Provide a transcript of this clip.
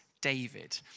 David